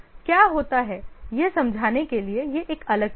क्या होता है यह समझाने के लिए यह एक अलग चित्र है